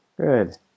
Good